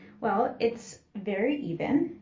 well, it's very even.